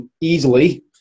easily